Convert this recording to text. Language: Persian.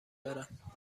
دارم